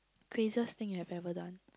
craziest thing you have ever done